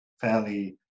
fairly